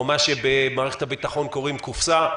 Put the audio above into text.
או מה שבמערכת הביטחון קוראים לו "קופסה".